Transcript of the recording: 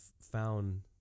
found